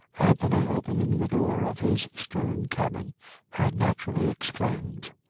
anthony, opening the door of his stern cabin had naturally exclaimed.